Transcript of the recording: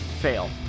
fail